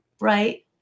Right